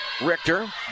Richter